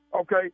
Okay